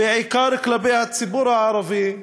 בעיקר כלפי הציבור הערבי,